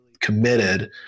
committed